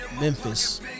Memphis